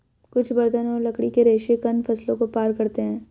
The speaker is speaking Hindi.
कुछ बर्तन और लकड़ी के रेशे कंद फसलों को पार करते है